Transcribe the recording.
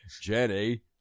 Jenny